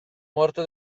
morte